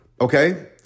Okay